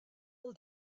del